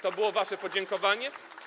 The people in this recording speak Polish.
To było wasze podziękowanie?